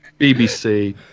BBC